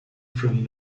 from